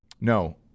No